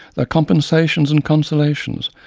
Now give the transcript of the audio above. ah compensations and consolations,